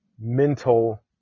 mental